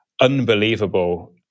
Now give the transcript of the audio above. unbelievable